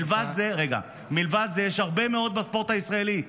מלבד זה יש הרבה מאוד בספורט הישראלי.